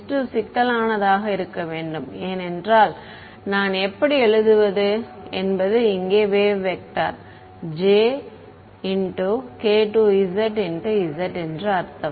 s2 சிக்கலானதாக இருக்க வேண்டும் ஏனென்றால் நான் எப்படி எழுதுவது என்பது இங்கே வேவ் வெக்டர் jk2zz என்று அர்த்தம்